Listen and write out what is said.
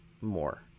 more